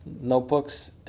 notebooks